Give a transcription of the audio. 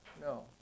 No